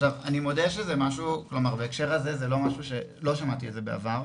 אני מודה שזה משהו שבהקשר הזה שלא שמעתי אותו בדבר,